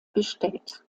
bestellt